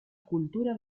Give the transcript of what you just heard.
cultura